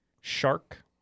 Shark